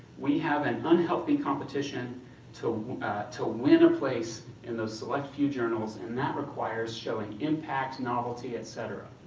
we have an unhealthy competition to to win a place in those select few journals, and that requires showing impact, novelty, etc.